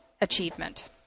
achievement